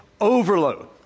overload